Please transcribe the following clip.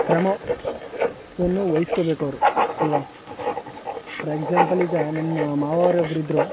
ಕ್ರಮವನ್ನು ವಹಿಸ್ಕೊಳ್ಬೇಕು ಅವರು ಅಲ್ವ ಫಾರ್ ಎಕ್ಸಾಂಪಲ್ ಈಗ ನಮ್ಮ ಮಾವ ಅವರು ಒಬ್ಬರಿದ್ರು